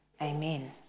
amen